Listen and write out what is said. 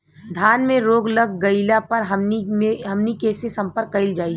धान में रोग लग गईला पर हमनी के से संपर्क कईल जाई?